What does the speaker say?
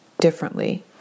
differently